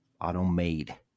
Auto-made